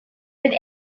with